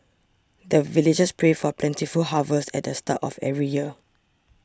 the villagers pray for plentiful harvest at the start of every year